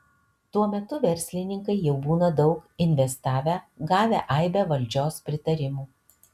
tuo metu verslininkai jau būna daug investavę gavę aibę valdžios pritarimų